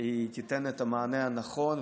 תיתן את המענה הנכון,